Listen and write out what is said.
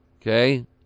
Okay